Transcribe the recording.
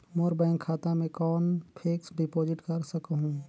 मोर bank खाता मे कौन फिक्स्ड डिपॉजिट कर सकहुं?